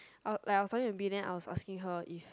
I like I was talking to B then I was asking her if